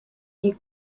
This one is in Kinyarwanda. iyi